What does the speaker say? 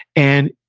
and